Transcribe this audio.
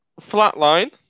Flatline